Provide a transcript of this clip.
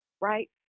right